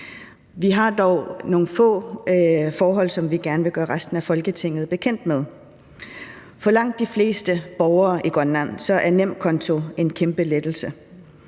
Vi har dog nogle få forhold, som vi gerne vil gøre resten af Folketinget bekendt med. For langt de fleste borgere i Grønland er nemkonto en kæmpe lettelse.